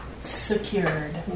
secured